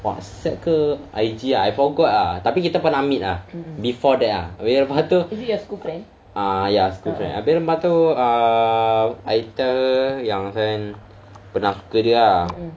WhatsApp ke I_G ah I forgot ah tapi kita pernah meet ah before that ah habis lepas tu ah ya school friend habis lepas tu err I tell yang safian pernah suka dia ah